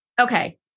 Okay